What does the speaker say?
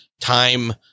time